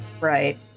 Right